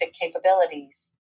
capabilities